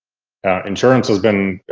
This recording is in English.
insurance has been